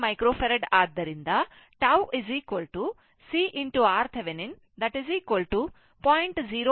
5 microFarad ಆದ್ದರಿಂದ tau C RThevenin 0